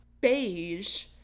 beige